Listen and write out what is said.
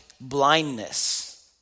blindness